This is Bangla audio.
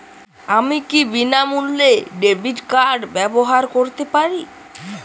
আমি কি বিনামূল্যে ডেবিট কার্ড ব্যাবহার করতে পারি?